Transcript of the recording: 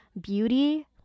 beauty